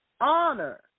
Honor